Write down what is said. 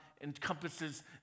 encompasses